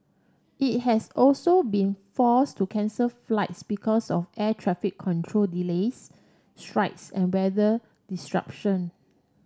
it has also been force to cancel flights because of air traffic control delays strikes and weather disruption